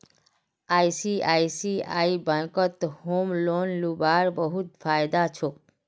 ICICI बैंकत home loan लीबार बहुत फायदा छोक